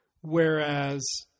Whereas